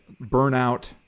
burnout